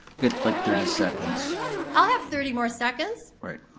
like thirty seconds. so yeah i'll have thirty more seconds. alright.